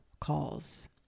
calls